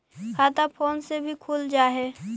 खाता फोन से भी खुल जाहै?